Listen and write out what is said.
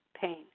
pain